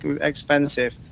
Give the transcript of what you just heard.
expensive